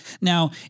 Now